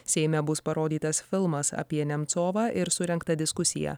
seime bus parodytas filmas apie nemcovą ir surengtą diskusiją